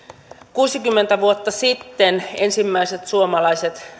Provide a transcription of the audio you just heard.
kuusikymmentä vuotta sitten ensimmäiset suomalaiset